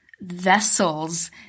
vessels